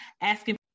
asking